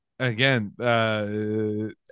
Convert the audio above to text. again